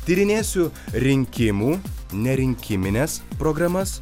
tyrinėsiu rinkimų ne rinkimines programas